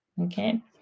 okay